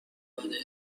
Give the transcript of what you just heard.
العاده